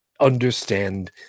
understand